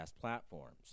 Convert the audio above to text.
platforms